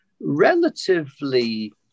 relatively